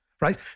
right